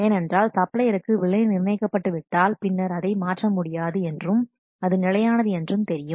ஏனென்றால் சப்ளையருக்கு விலை நிர்ணயிக்கப்பட்டு விட்டால் பின்னர் அதை மாற்ற முடியாது என்றும் அது நிலையானது என்றும் தெரியும்